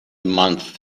month